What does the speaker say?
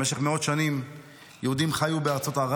במשך מאות שנים יהודים חיו בארצות ערב